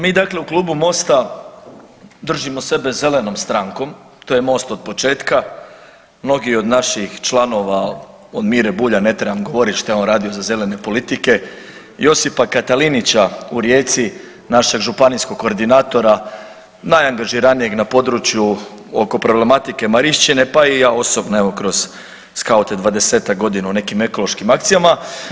Mi dakle u Klubu Mosta držimo sebe zelenom strankom, to je Most otpočetka, mnogi od naših članova, od Mire Bulja ne trebam govorit šta je on radio za zelene politike, Josipa Katalinića u Rijeci, našeg županijskog koordinatora, najangažiranijeg na području oko problematike Marišćine, pa i ja osobno evo kroz … [[Govornik se ne razumije]] 20-tak godina u nekim ekološkim akcijama.